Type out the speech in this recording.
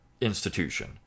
institution